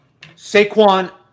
Saquon